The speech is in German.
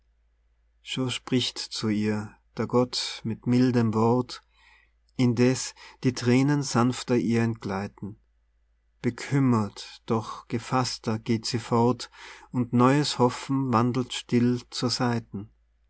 so spricht zu ihr der gott mit mildem wort indeß die thränen sanfter ihr entgleiten bekümmert doch gefaßter geht sie fort und neues hoffen wandelt still zur seiten